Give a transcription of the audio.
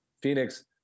Phoenix